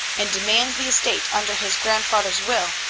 and demands the estate under his grandfather's will,